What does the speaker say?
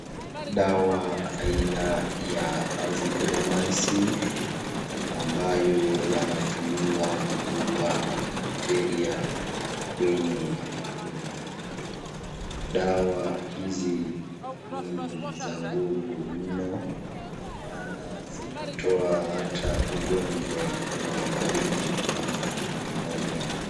Dawa aina ya Azithromycin, ambayo yanatumiwa kuuwa bacteria kwenye mwili. Dawa hizi ni za nguvu mno, maana zinatoa ata ugonjwa wa baridi ama nimonia.